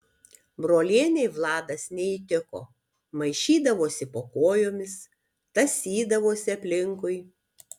brolienei vladas neįtiko maišydavosi po kojomis tąsydavosi aplinkui